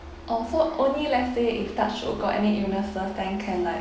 orh so only let's say if touch wood got any illnesses then can like